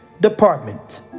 Department